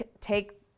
take